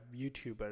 YouTuber